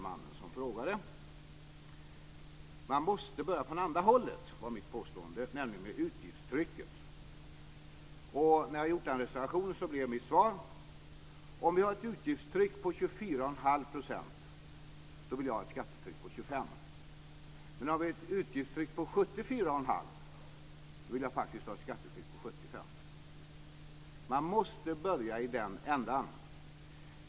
Man måste börja från andra hållet, påstod jag, nämligen med utgiftstrycket. När jag hade gjort den reservationen blev mitt svar: Om vi har ett utgiftstryck på 24,5 % vill jag ha ett skattetryck på 25 %. Men har vi ett utgiftstryck på 74,5 % vill jag faktiskt ha ett skattetryck på 75 %. Man måste börja i den ändan.